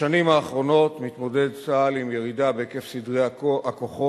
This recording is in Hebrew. בשנים האחרונות מתמודד צה"ל עם ירידה בהיקף סדרי הכוחות